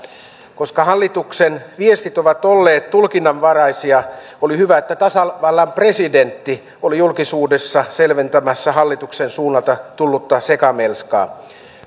koska hallituksen viestit ovat olleet tulkinnanvaraisia oli hyvä että tasavallan presidentti oli julkisuudessa selventämässä hallituksen suunnalta tullutta sekamelskaa